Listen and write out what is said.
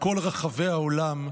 בכל רחבי העולם,